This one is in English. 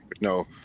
No